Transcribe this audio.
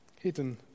Hidden